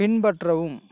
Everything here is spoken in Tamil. பின்பற்றவும்